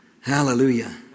Hallelujah